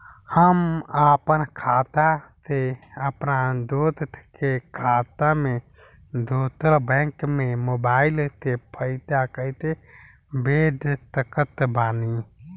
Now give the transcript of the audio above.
हम आपन खाता से अपना दोस्त के खाता मे दोसर बैंक मे मोबाइल से पैसा कैसे भेज सकत बानी?